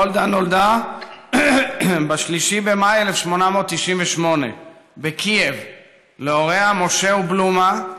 גולדה נולדה ב-3 במאי 1898 בקייב להוריה משה ובלומה,